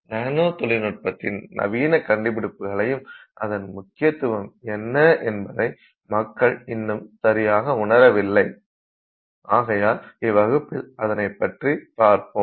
நானோ தொழில்நுட்பத்தின் நவீன கண்டுபிடிப்புகளையும் அதன் முக்கியதுவம் என்ன என்பதை மக்கள் இன்னும் சரியாக உணரவில்லை ஆகையால் இவ்வகுப்பில் அதனைப்பற்றி பார்ப்போம்